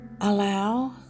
Allow